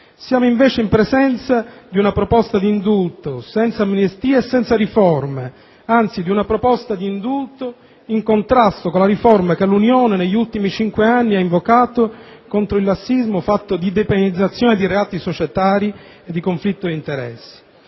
Siamo invece in presenza di una proposta di indulto senza amnistia e senza riforme, anzi di una proposta di indulto in contrasto con la riforma che l'Unione, negli ultimi cinque anni, ha invocato contro il lassismo fatto di depenalizzazioni di reati societari e di conflitto di interessi.